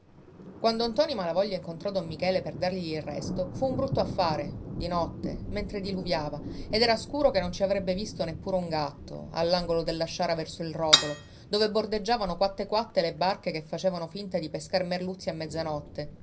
quando ntoni malavoglia incontrò don michele per dargli il resto fu un brutto affare di notte mentre diluviava ed era scuro che non ci avrebbe visto neppure un gatto all'angolo della sciara verso il rotolo dove bordeggiavano quatte quatte le barche che facevano finta di pescar merluzzi a mezzanotte